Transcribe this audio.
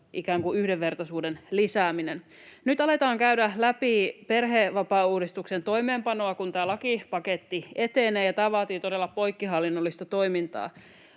ikään kuin yhdenvertaisuuden lisääminen. Nyt aletaan käydä läpi perhevapaauudistuksen toimeenpanoa, kun tämä lakipaketti etenee, ja tämä vaatii todella poikkihallinnollista toimintaa.